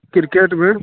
cricket भी